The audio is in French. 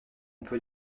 peut